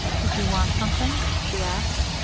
did you want something? she asked.